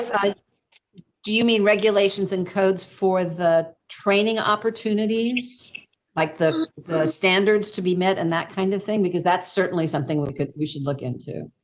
do you mean regulations and codes for the training opportunities like the the standards to be met and that kind of thing? because that's certainly something we could we should look into.